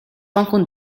rencontre